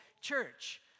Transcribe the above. church